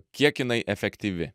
kiek jinai efektyvi